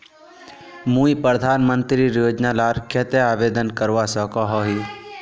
मुई प्रधानमंत्री योजना लार केते आवेदन करवा सकोहो ही?